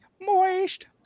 moist